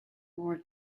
more